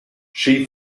she